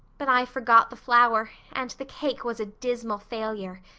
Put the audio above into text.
but i forgot the flour and the cake was a dismal failure.